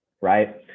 right